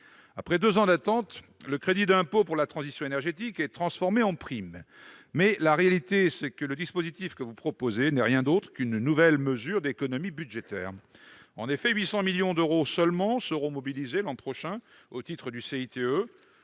Après deux ans d'attente, le crédit d'impôt pour la transition énergétique est transformé en prime. En réalité, le dispositif qu'on nous propose n'est rien d'autre qu'une nouvelle mesure d'économies budgétaires, puisque 800 millions d'euros seulement seront mobilisés l'an prochain au titre du CITE,